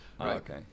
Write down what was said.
okay